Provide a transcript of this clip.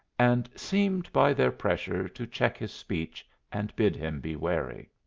and seemed by their pressure to check his speech and bid him be wary.